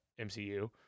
MCU